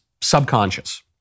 subconscious